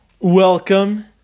Welcome